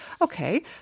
Okay